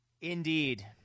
Indeed